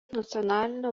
nacionalinio